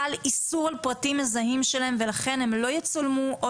חל איסור על פרטים מזהים שלהם ולכן הם לא יצולמו או